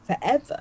forever